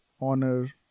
honor